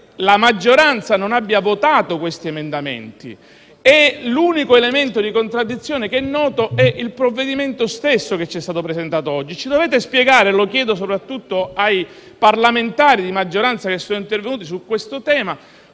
la maggioranza non abbia votato queste proposte. L'unico elemento di contraddizione che noto è il provvedimento stesso che ci è stato presentato oggi. Ci dovete spiegare - lo chiedo soprattutto ai parlamentari di maggioranza intervenuti su questo tema